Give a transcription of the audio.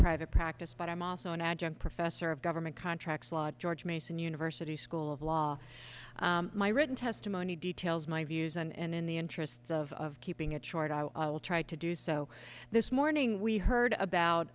private practice but i'm also an adjunct professor of government contracts law george mason university school of law my written testimony details my views and in the interests of keeping it short i'll try to do so this morning we heard about